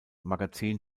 magazin